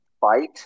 fight